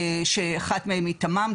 שאחת מהן היא תמ"מ,